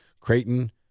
Creighton